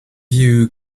you